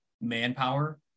manpower